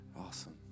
Awesome